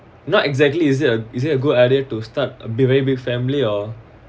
not exactly is it is it a good idea to start a big very big family or